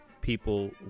people